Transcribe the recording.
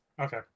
Okay